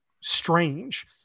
strange